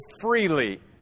freely